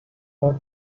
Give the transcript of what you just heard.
are